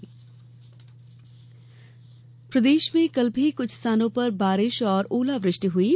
मौसम प्रदेश में कल भी कुछ स्थानों पर बारिश और ओलावृष्टि हुई है